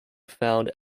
found